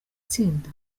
itsinda